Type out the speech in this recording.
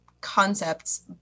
concepts